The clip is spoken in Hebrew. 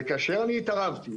וכאשר התערבתי,